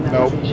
Nope